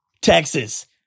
texas